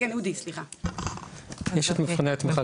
יש את מבחני התמיכה,